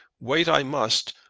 wait i must,